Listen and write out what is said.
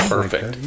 Perfect